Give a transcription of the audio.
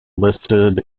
listed